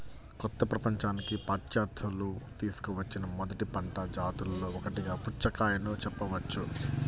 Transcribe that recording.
కొత్త ప్రపంచానికి పాశ్చాత్యులు తీసుకువచ్చిన మొదటి పంట జాతులలో ఒకటిగా పుచ్చకాయను చెప్పవచ్చు